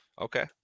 Okay